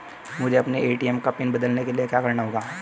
मुझे अपने ए.टी.एम का पिन बदलने के लिए क्या करना होगा?